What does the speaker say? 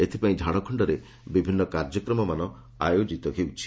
ଏଥିପାଇଁ ଝାଡ଼ଖଣ୍ଡରେ ବିଭିନ୍ନ କାର୍ଯ୍ୟକ୍ରମମାନ ଆୟୋକିତ ହେଉଛି